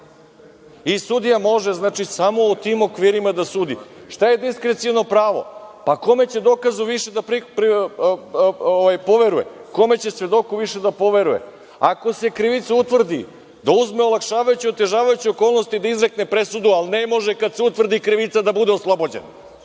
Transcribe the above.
Sudija može samo u tim okvirima da sudi. Šta je diskreciono pravo? Kome će dokazu više da poveruje, kome će svedoku više da poveruje? Ako se krivica utvrdi, da uzme olakšavajuće, otežavajuće okolnosti da izrekne presudu, ali ne može kada se utvrdi krivica da bude oslobođen.